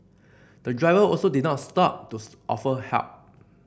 the driver also did not stop to offer help